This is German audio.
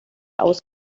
aus